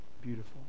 beautiful